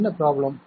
என்ன ப்ரோப்லேம்